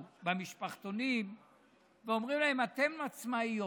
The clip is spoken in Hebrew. במשפחתונים ואומרים להן: אתן עצמאיות,